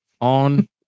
on